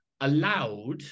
allowed